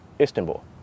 Istanbul